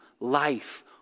life